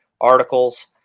articles